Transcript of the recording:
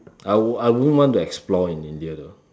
I won't I won't want to explore in India though